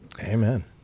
Amen